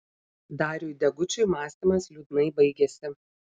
dariui degučiui mąstymas liūdnai baigėsi